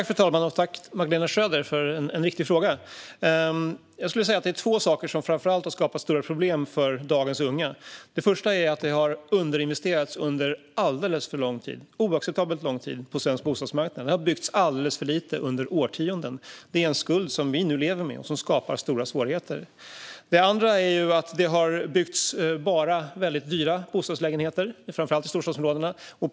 Fru talman! Tack, Magdalena Schröder, för en viktig fråga! Jag skulle säga att det är två saker som framför allt har skapat stora problem för dagens unga. Det första är att det har underinvesterats under oacceptabelt lång tid på svensk bostadsmarknad. Det har byggts alldeles för lite under årtionden. Detta är en skuld som vi nu lever med och som skapar stora svårigheter. Det andra är att det bara har byggts väldigt dyra bostadsrättslägenheter, framför allt i storstadsområdena.